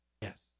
Yes